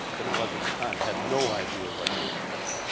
that it was at the time had no idea what to expect.